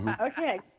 Okay